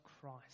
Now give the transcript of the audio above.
Christ